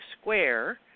square